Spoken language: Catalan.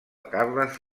carles